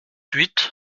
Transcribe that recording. huit